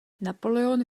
napoleon